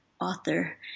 author